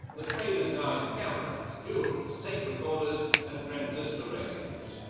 the trade is now in cameras, jewels, tape recorders and transistor radios.